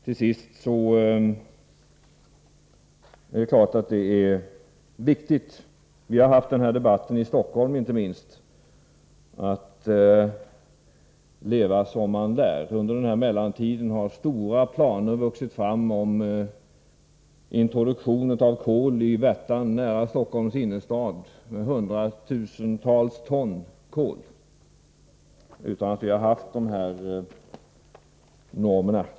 Till sist vill jag säga att det naturligtvis är viktigt — vi har haft denna debatt inte minst i Stockholm — att leva som man lär. Under denna mellantid har stora planer vuxit fram på introduktion av kol i Värtan nära Stockholms innerstad, med hundratusentals ton kol, utan att vi har haft dessa krav.